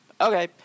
Okay